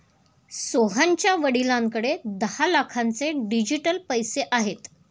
सोहनच्या वडिलांकडे दहा लाखांचे डिजिटल पैसे आहेत